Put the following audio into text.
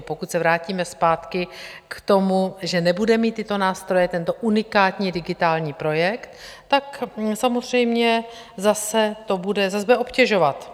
Pokud se vrátíme zpátky k tomu, že nebude mít tyto nástroje, tento unikátní digitální projekt, tak samozřejmě zase bude obtěžovat.